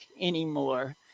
anymore